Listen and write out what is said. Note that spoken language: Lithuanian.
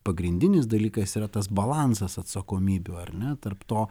pagrindinis dalykas yra tas balansas atsakomybių ar ne tarp to